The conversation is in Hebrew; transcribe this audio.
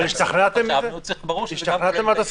אבל השתכנעתם מהתוספת?